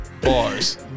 Bars